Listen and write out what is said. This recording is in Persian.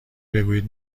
بگویید